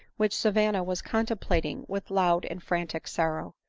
which savanna was contemplating with loud and frantic sorrow.